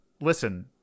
Listen